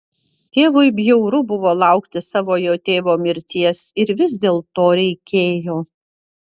tėvui bjauru buvo laukti savojo tėvo mirties ir vis dėlto reikėjo